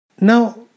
Now